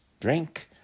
drink